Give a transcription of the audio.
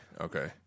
Okay